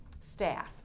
staff